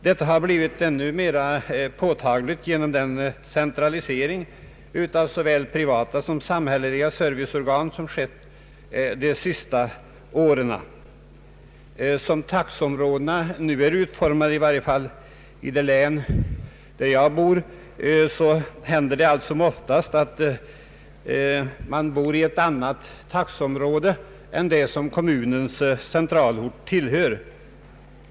Detta har blivit ännu mera påtagligt genom den centralisering av såväl privata som samhälleliga serviceorgan som skett de senaste åren. Som taxeområdena nu är utformade, i varje fall i det län där jag bor, händer det ofta att man bor i ett annat taxeområde än det som kommunens centralort tillhör.